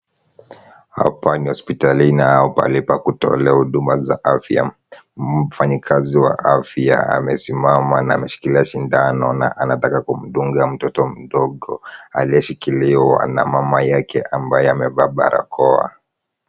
Hapa ni hospitalini au pahali pa kutolea huduma za afya. Mfanyikazi wa afya amesimama na ameshikilia shindano na anataka kumdunga mtoto mdogo aliyeshikiliwa na mama yake aliyevalia barakoa